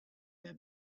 their